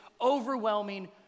overwhelming